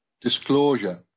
disclosure